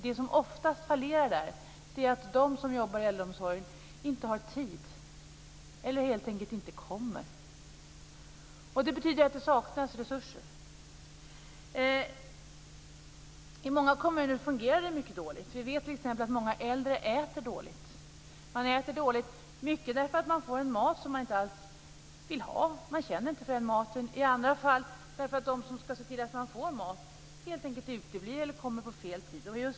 Det som oftast fallerar där är att de som jobbar i äldreomsorgen inte har tid eller helt enkelt inte kommer. Det betyder att det saknas resurser. I många kommuner fungerar det mycket dåligt. Vi vet t.ex. att många äldre äter dåligt. Det gör man mycket därför att man får en mat som man inte alls vill ha. Man känner inte för den maten. I andra fall beror det på att de som ska se till att man får mat helt enkelt uteblir eller kommer på fel tid.